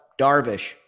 darvish